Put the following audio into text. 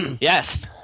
yes